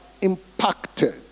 impacted